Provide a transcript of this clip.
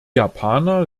japaner